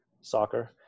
Soccer